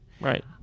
Right